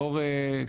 לאור,